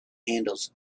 handles